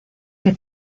que